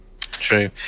True